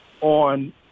on